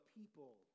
people